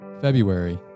February